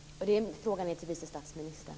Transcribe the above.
Jag riktar frågan till vice statsministern.